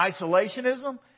isolationism